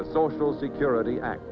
the social security act